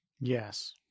Yes